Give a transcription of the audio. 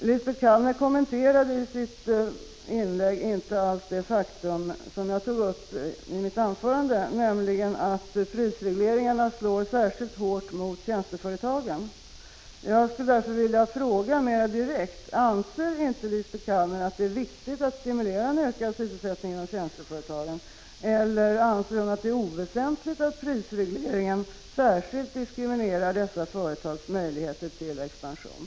Lisbet Calner kommenterade i sitt inlägg inte alls det faktum som jag tog upp i mitt anförande, nämligen att prisregleringarna slår särskilt hårt mot tjänsteföretagen. Jag skulle därför vilja fråga mera direkt: Anser inte Lisbet Calner att det är viktigt att stimulera en ökad sysselsättning i tjänsteföretagen, eller anser hon att det är oväsentligt att prisregleringen särskilt hindrar dessa företags möjligheter till expansion?